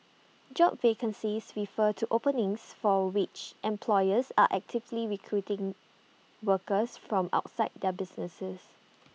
job vacancies refer to openings for which employers are actively recruiting workers from outside their businesses